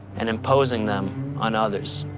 and imposing them on others.